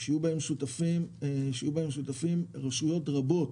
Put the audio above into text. שיהיו שותפות בהן רשויות רבות,